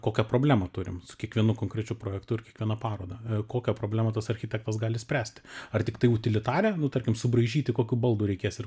kokią problemą turim su kiekvienu konkrečiu projektu ir kiekviena paroda kokią problemą tas architektas gali spręsti ar tiktai utilitarią nu tarkim subraižyti kokių baldų reikės ir